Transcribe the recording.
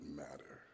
matter